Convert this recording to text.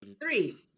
Three